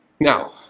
Now